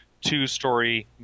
two-story